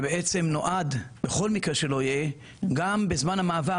שנועד בכל מקרה שלא יהיה; גם בזמן המעבר,